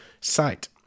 site